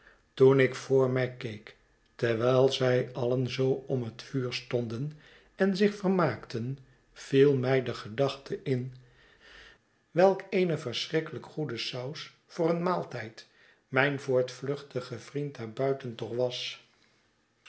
toen ik voor mij keek terwijl zij alien zoo om het vuur stonden en zich vermaakten viel mij de gedachte in welk eene verschrikkelijk goede saus voor een maaltijd mijn voortvluchtige vriend daar buiten toch was